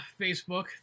Facebook